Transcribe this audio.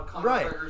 Right